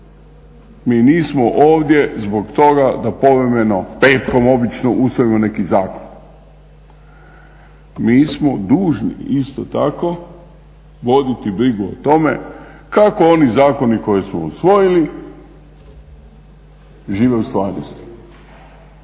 Mi nismo ovdje zbog toga da povremeno, petkom obično usvojimo neki zakon. Mi smo dužni isto tako voditi brigu o tome kako oni zakoni koje smo usvojili žive u stvarnosti.